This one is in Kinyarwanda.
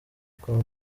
kwa